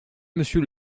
monsieur